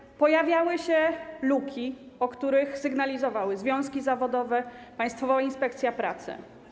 Jednak pojawiały się luki, które sygnalizowały związki zawodowe, Państwowa Inspekcja Pracy.